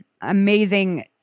amazing